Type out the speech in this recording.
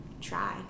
try